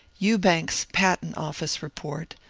ewbank's patent office report,